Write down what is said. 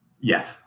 Yes